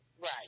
Right